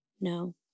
No